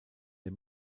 der